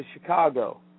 Chicago